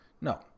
No